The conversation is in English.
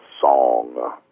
song